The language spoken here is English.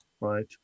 Right